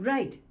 Right